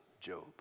Job